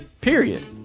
Period